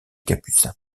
capucins